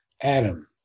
Adam